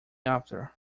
after